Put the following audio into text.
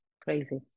crazy